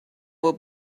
will